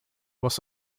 was